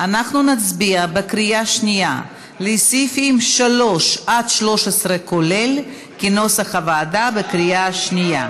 כעת נצביע על ההסתייגות מס' 1, לסעיף 3. מי בעד?